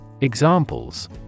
Examples